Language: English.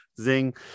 zing